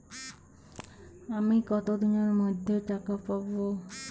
আমি কতদিনের মধ্যে টাকা পাবো?